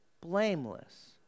blameless